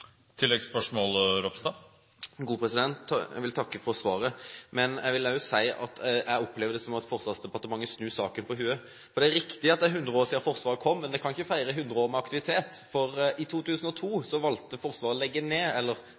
Jeg vil takke for svaret. Jeg vil også si at jeg opplever det som om Forsvarsdepartementet snur saken på hodet. Det er riktig at det er 100 år siden Forsvaret kom, men vi kan ikke feire 100 år med aktivitet, for i 2002 valgte regjeringen å legge ned